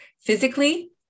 physically